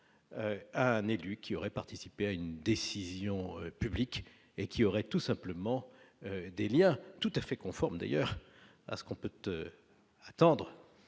un élu qui aurait participé à une décision publique et qui aurait tout simplement des Liens tout à fait conforme d'ailleurs à ce qu'on peut te attendre